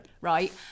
Right